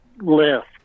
left